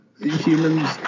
humans